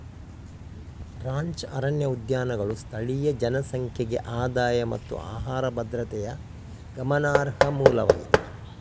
ranch ಅರಣ್ಯ ಉದ್ಯಾನಗಳು ಸ್ಥಳೀಯ ಜನಸಂಖ್ಯೆಗೆ ಆದಾಯ ಮತ್ತು ಆಹಾರ ಭದ್ರತೆಯ ಗಮನಾರ್ಹ ಮೂಲವಾಗಿದೆ